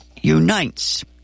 unites